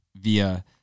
via